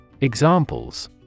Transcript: Examples